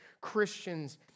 Christians